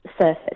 surface